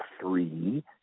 three